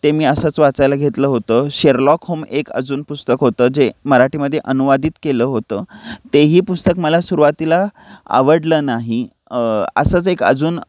ते मी असंच वाचायला घेतलं होतं शेरलॉक होम एक अजून पुस्तक होतं जे मराठीमध्ये अनुवादित केलं होतं तेही पुस्तक मला सुरुवातीला आवडलं नाही असंच एक अजून